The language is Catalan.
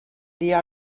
dia